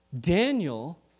Daniel